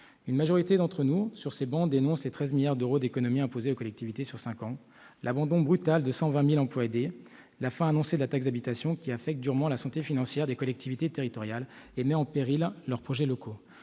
Une majorité d'entre nous, sur ces travées, dénonce les 13 milliards d'euros d'économies imposées aux collectivités sur cinq ans, l'abandon brutal de 120 000 emplois aidés, la fin annoncée de la taxe d'habitation, qui affectent durement la santé financière des collectivités territoriales et mettent en péril leurs projets locaux.